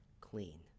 Clean